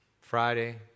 Friday